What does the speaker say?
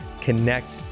connect